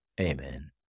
Amen